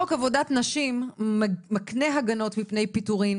חוק עבודת נשים מקנה הגנות לפני פיטורין